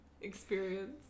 experience